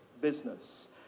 business